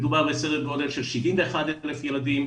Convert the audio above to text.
מדובר בסדר גודל של 71,000 ילדים,